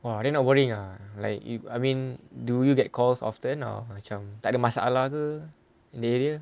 !wah! they are not worrying ah like you I mean do you get calls often or macam takde masalah ke in the area